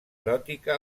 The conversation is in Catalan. eròtica